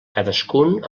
cadascun